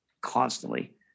constantly